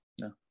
No